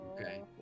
Okay